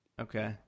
okay